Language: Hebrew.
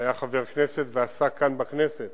שהיה חבר כנסת ועשה כאן בכנסת